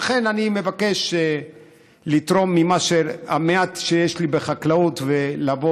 לכן אני מבקש לתרום מהמעט שיש לי בחקלאות ולבוא